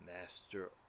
master